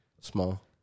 Small